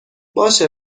باشه